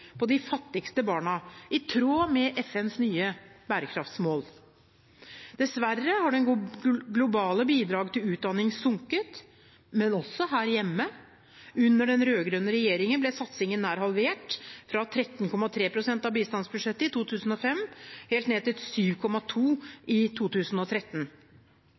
på de fattigste barna, i tråd med FNs nye bærekraftmål. Dessverre har det globale bidrag til utdanning sunket, men også her hjemme: Under den rød-grønne regjeringen ble satsingen nær halvert, fra 13,3 pst. av bistandsbudsjettet i 2005 helt ned til 7,2 pst. i 2013.